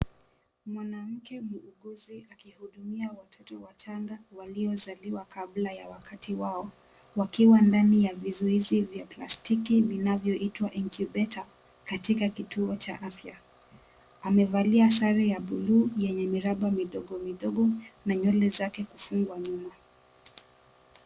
Mwanamke muuguzi akihudumia watoto wachanga waliozaliwa kabla ya wakati wao wakiwa ndani ya vizuizi ya plastiki vinavyoitwa incubator katika kituo cha afya. Amevalia sare ya bluu yenye miraba midogo midogo, na nywele zake kufungwa nyuma.